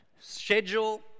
schedule